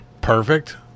perfect